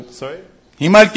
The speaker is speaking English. sorry